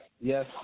yes